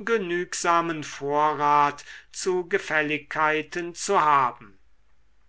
genügsamen vorrat zu gefälligkeiten zu haben